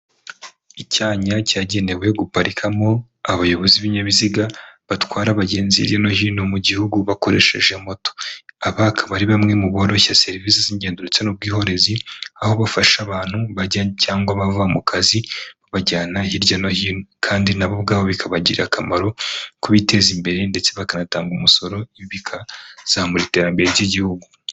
Icyanya cyagenewe guparikamo abayobozi b'ibinyabiziga, batwara abagenzi hirya no hino mu gihugu bakoresheje moto, aba akaba ari bamwe mu boroshya serivisi z'ingendo ndetse n'ubwikorezi, aho bafasha abantu bajya cyangwa bava mu kazi, bajyana hirya no hino, kandi nabo ubwabo bikabagirira akamaro, ko biteza imbere, ndetse bakanatanga umusoro, ibi bikazamura iterambere ry'igihugu.